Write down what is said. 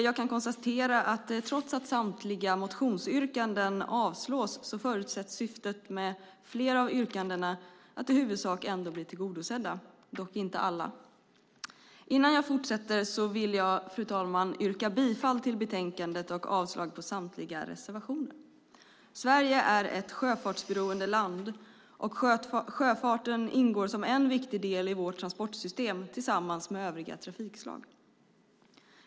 Jag kan konstatera att trots att samtliga motionsyrkanden avstyrks förutsätts syftet med flera av yrkandena, dock inte alla, i huvudsak bli tillgodosett. Innan jag fortsätter vill jag, fru talman, yrka bifall till förslaget i betänkandet och avslag på samtliga reservationer. Sverige är ett sjöfartsberoende land, och sjöfarten ingår som en viktig del i vårt transportsystem tillsammans med övriga trafikslag.